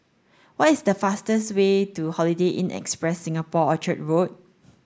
what is the fastest way to Holiday Inn Express Singapore Orchard Road